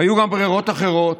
היו גם ברירות אחרות,